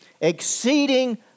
exceeding